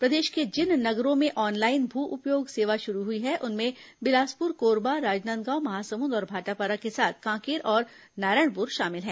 प्रदेश के जिन नगरों में ऑनलाइन भू उपयोग सेवा शुरू हुई है उनमें बिलासपुर कोरबा राजनांदगांव महासमुंद और भाटापारा के साथ कांकेर तथा नारायणपुर शामिल हैं